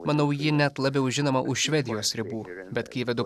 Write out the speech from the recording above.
manau ji net labiau žinoma už švedijos ribų bet kai vedu